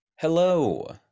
Hello